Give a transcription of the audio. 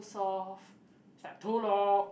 soft it's like too loud